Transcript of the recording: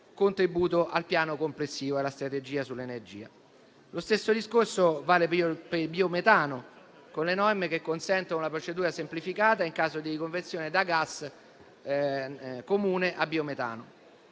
contributo al piano complessivo e alla strategia sull'energia. Lo stesso discorso vale per il biometano, con le norme che consentono una procedura semplificata in caso di conversione da gas comune a biometano.